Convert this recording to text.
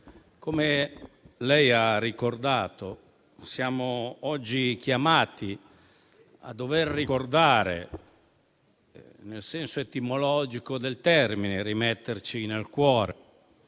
come lei ha rammentato, siamo oggi chiamati a ricordare - nel senso etimologico del termine, a rimetterci nel cuore